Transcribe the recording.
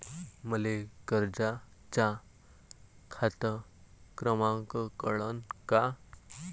मले कर्जाचा खात क्रमांक कळन का?